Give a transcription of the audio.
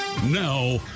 Now